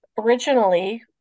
originally